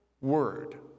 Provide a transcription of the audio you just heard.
word